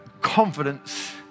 confidence